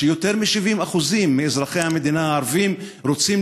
יותר מ-70% מאזרחי המדינה הערבים רוצים